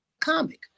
comic